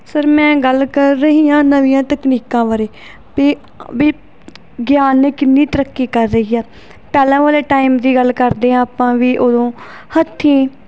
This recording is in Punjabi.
ਸਰ ਮੈਂ ਗੱਲ ਕਰ ਰਹੀ ਹਾਂ ਨਵੀਆਂ ਤਕਨੀਕਾਂ ਬਾਰੇ ਵੀ ਵੀ ਵਿਗਿਆਨ ਨੇ ਕਿੰਨੀ ਤਰੱਕੀ ਕਰ ਰਹੀ ਆ ਪਹਿਲਾਂ ਵਾਲੇ ਟਾਈਮ ਦੀ ਗੱਲ ਕਰਦੇ ਹਾਂ ਆਪਾਂ ਵੀ ਉਦੋਂ ਹੱਥੀਂ